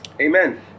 amen